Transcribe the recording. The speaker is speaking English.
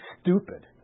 stupid